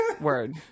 word